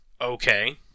Okay